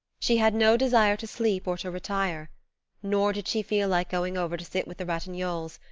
she had no desire to sleep or to retire nor did she feel like going over to sit with the ratignolles,